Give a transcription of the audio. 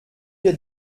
wir